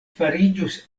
fariĝus